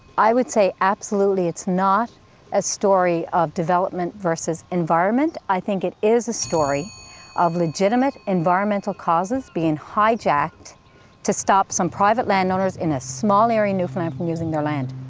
i would say absolutely it's not a story of development versus environment. i think it is a story of legitimate environmental causes being hijacked to stop some private land owners in a small area newfoundland from using their land.